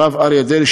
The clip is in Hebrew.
הרב אריה דרעי,